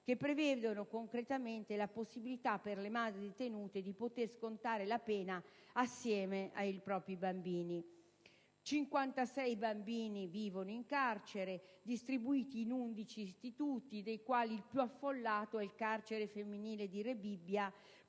che prevedono concretamente la possibilità per le madri detenute di scontare la pena assieme ai propri bambini. In carcere vivono 56 bambini, distribuiti in 11 istituti, dei quali il più affollato è il carcere femminile di Rebibbia,